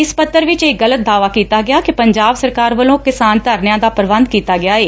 ਇਸ ਪੱਤਰ ਵਿਚ ਇਹ ਗਲਤ ਦਾਅਵਾ ਕੀਤਾ ਗਿਆ ਕਿ ਪੰਜਾਬ ਸਰਕਾਰ ਵੱਲੋ ਕਿਸਾਨ ਧਰਨਿਆਂ ਦਾ ਪ੍ਰਬੰਧ ਕੀਤਾ ਗਿਐ